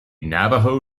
navajo